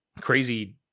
crazy